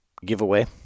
giveaway